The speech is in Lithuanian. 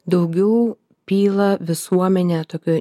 daugiau pyla visuomenė tokio